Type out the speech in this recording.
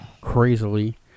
crazily